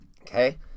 okay